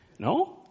No